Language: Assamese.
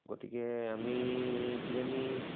গতিকে আমি কিজানি